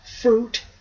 fruit